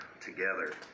together